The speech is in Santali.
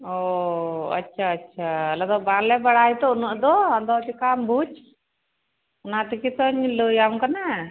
ᱚᱻ ᱟᱪᱪᱷᱟ ᱟᱪᱪᱷᱟ ᱟᱞᱮ ᱫᱚ ᱵᱟᱞᱮ ᱵᱟᱲᱟᱭᱟᱛᱚ ᱩᱱᱟᱹᱜ ᱫᱚ ᱟᱫᱚ ᱪᱤᱠᱟᱹᱢ ᱵᱩᱡ ᱚᱱᱟ ᱛᱮᱜᱮ ᱛᱳᱧ ᱞᱟᱹᱭ ᱟᱢ ᱠᱟᱱᱟ